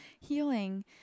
healing